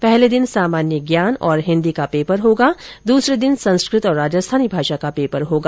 पहले दिन सामान्य ज्ञान और हिन्दी का पैपर होगा दूसरे दिन संस्कृत और राजस्थानी भाषा का पैपर होगा